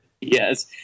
Yes